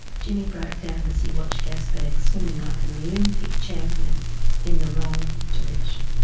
jimmy broke down as he watched gasbag swimming like an olympic champion in the wrong direction.